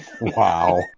wow